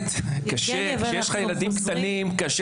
כשיש ילדים קטנים קשה